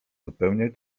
zupełnie